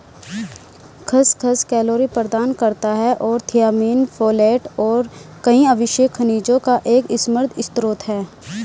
खसखस कैलोरी प्रदान करता है और थियामिन, फोलेट और कई आवश्यक खनिजों का एक समृद्ध स्रोत है